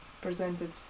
Presented